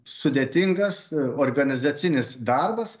sudėtingas organizacinis darbas